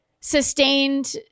sustained